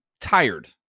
tired